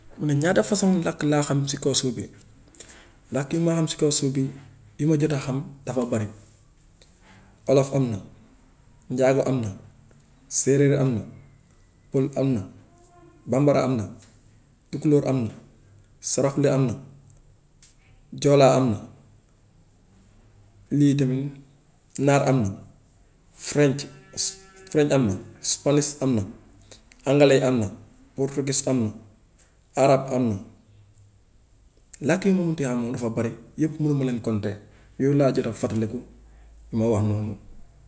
Man ñaata façon làkk laa xam si kaw suuf bi, làkk yi ma xam si kaw suuf bi, yi ma jot a xam dafa bari. Olof am na, njaago am na, séeréer am na, pël am na, bambara am na, tukulóor am na, saraxule am na, joolaa am na, lii tamit naar am na, french french am na, spanish am na, anglais yi am na, portuguese am na, arabe am na, làkk yu ma mun ti xam moom dafa bari, yëpp munama leen compté, yooyu laa jot a fàttaliku ma wax noonu.